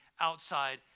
outside